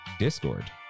Discord